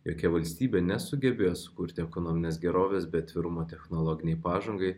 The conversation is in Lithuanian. jokia valstybė nesugebės sukurti ekonominės gerovės be atvirumo technologinei pažangai